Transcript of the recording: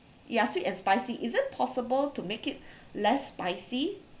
ya sweet and spicy is it possible to make it less spicy